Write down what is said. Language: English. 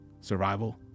survival